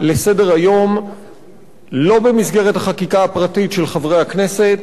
לסדר-היום לא במסגרת החקיקה הפרטית של חברי הכנסת.